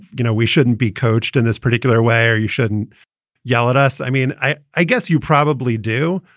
you know, we shouldn't be coached in this particular way or you shouldn't yell at us. i mean, i i guess you probably do,